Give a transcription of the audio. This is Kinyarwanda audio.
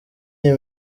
iyi